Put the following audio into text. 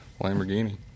Lamborghini